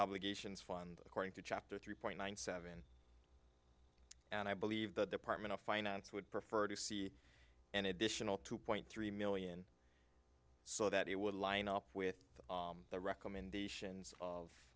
obligations fund according to chapter three point one seven and i believe the department of finance would prefer to see an additional two point three million so that it would line up with the recommendations of